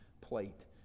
plate